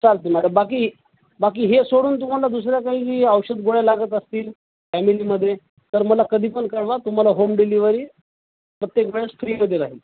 चालतं मॅडम बाकी बाकी हे सोडून तुम्हाला दुसऱ्या काही औषध गोळ्या लागत असतील फॅमिलीमध्ये तर मला कधीपण कळवा तुम्हाला होम डिलिवरी प्रत्येक वेळेस फ्रीमध्ये राहील